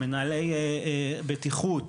מנהלי בטיחות,